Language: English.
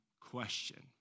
question